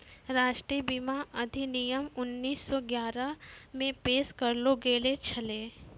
राष्ट्रीय बीमा अधिनियम उन्नीस सौ ग्यारहे मे पेश करलो गेलो छलै